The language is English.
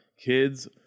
Kids